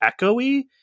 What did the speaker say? echoey